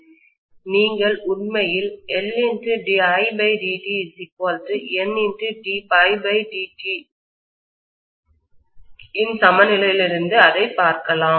எனவே நீங்கள் உண்மையில் LdidtNd∅dii இன் சமநிலையிலிருந்து அதைப் பார்க்கலாம்